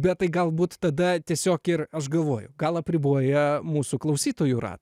bet tai galbūt tada tiesiog ir aš galvoju gal apriboja mūsų klausytojų ratą